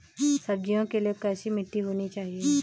सब्जियों के लिए कैसी मिट्टी होनी चाहिए?